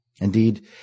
Indeed